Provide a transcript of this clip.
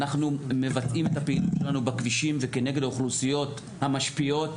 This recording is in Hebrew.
אנחנו מבצעים את הפעילות שלנו בכבישים וכנגד האוכלוסיות המשפיעות.